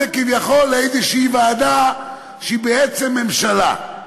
זה כביכול לאיזושהי ועדה שהיא בעצם ממשלה.